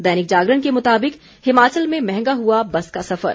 दैनिक जागरण के मुताबिक हिमाचल में महंगा हुआ बस का सफर